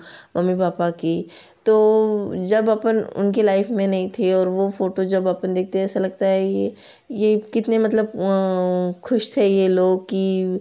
mummy पापा की तो जब अपन उनकी लाइफ में नहीं थी और वह फ़ोटो जब अपन देखते हैं ऐसा लगता है यह कितने मतलब खुश थे यह लोग की